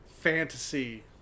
fantasy